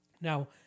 Now